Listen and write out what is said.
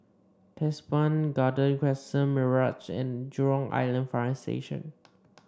Teban Garden Crescent Mirage and Jurong Island Fire Station